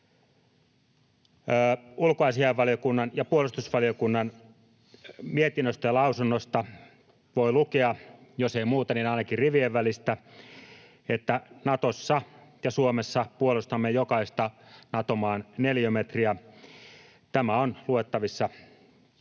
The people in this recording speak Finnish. Ulkoasiainvaliokunnan mietinnöstä ja puolustusvaliokunnan lausunnosta voi lukea — jos ei muuta, niin ainakin rivien välistä — että Natossa ja Suomessa puolustamme jokaista Nato-maan neliömetriä. Tämä on luettavissa papereista.